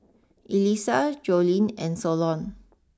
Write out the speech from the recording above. Elyssa Joline and Solon